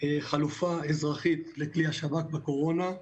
חלופה אזרחית לכלי השב"כ בקורונה,